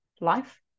life